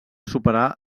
superar